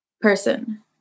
person